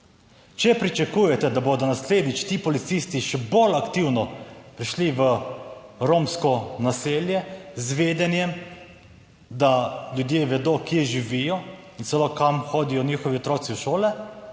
Če pričakujete, da bodo naslednjič ti policisti še bolj aktivno prišli v romsko naselje z vedenjem, da ljudje vedo, kje živijo in celo kam hodijo njihovi otroci v šole,